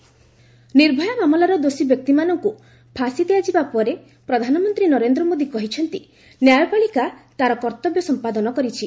PM Nirbhaya Nirbhaya ମାମଲାର ଦୋଷୀ ବ୍ୟକ୍ତିମାନଙ୍କୁ ଫାଶୀ ଦିଆଯିବା ପରେ ପ୍ରଧାନମନ୍ତ୍ରୀ ନରେନ୍ଦ୍ର ମୋଦି କହିଛନ୍ତି ନ୍ୟାୟପାଳିକା ତା'ର କର୍ତ୍ତବ୍ୟ ସମ୍ପାଦନ କରିଛି